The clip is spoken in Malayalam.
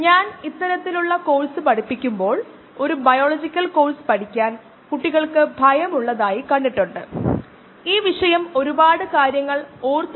വാസ്തവത്തിൽ വലിയ തോതിൽ ഉൽപാദിപ്പിക്കുന്ന ആദ്യത്തേതിൽ ഒന്ന് ബയോ പ്രോസസ്സുകൾ ഉപയോഗിച്ച് വലിയ തോതിൽ ഉൽപാദിപ്പിക്കുന്ന ഒന്ന്